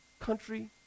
country